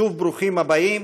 שוב, ברוכים הבאים